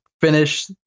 finish